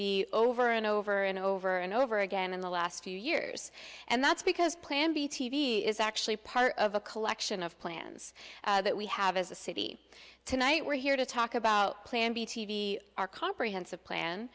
v over and over and over and over again in the last few years and that's because plan b t v is actually part of a collection of plans that we have as a city tonight we're here to talk about plan b t v our comprehensive plan